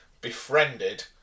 befriended